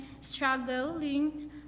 struggling